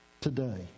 today